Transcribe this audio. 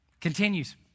Continues